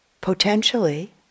Potentially